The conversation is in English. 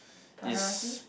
priority